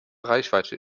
reichweite